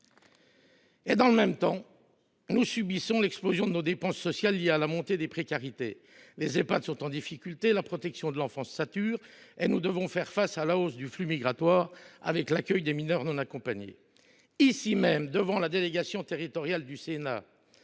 Dans le même temps, nous subissons l’explosion de nos dépenses sociales liées à la montée des précarités. Les Ehpad sont en difficulté, la protection de l’enfance sature et nous devons faire face à la hausse des flux migratoires, avec l’accueil des mineurs non accompagnés. Ici même, devant la délégation aux collectivités